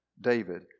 David